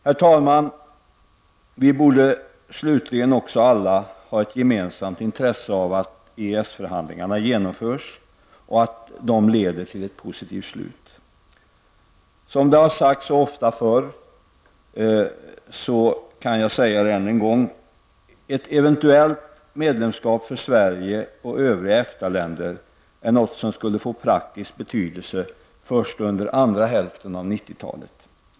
Herr talman! Vi borde också alla ha ett gemensamt inresse av att EES-förhandlingarna genomförs och att de leder till ett positivt resultat. Jag upprepar vad som ofta har sagts förr: Ett eventuellt medlemskap för Sverige och övriga EFTA-länder skulle få praktisk betydelse först under andra hälften av 90-talet.